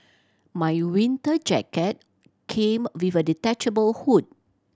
my winter jacket came with a detachable hood